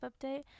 update